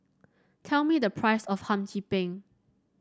tell me the price of Hum Chim Peng